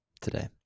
today